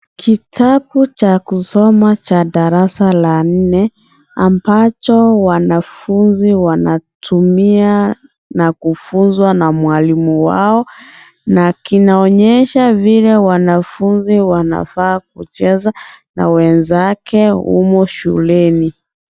Kitabu cha kusoma cha darasa la nne, ambacho wanafunzi wanatumia na kufunzwa na mwalimu wao na kinaonyesha, vile wanafunzi wanafaa kucheza na wenzake humo shuleni.